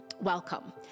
welcome